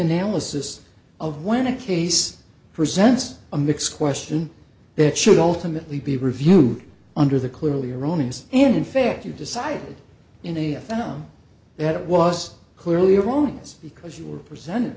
analysis of when a case presents a mixed question that should ultimately be reviewed under the clearly erroneous and in fact you decide in a town that was clearly wrong because you were presented